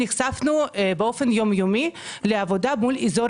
נחשפנו באופן יום יומי לעבודה מול האזור